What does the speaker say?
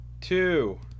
Two